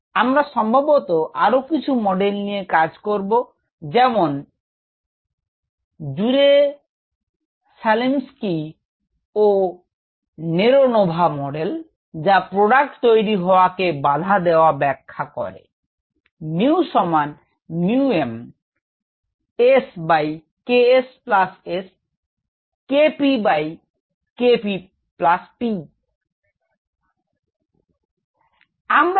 আমরা সম্ভবত আরো কিছু মডেল নিয়ে কাজ করব যেমন Jerusalimsky ও Neronova মডেল যা প্রোডাক্ট তৈরি হওয়াকে বাধা দেওয়া ব্যাখ্যা করে